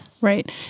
right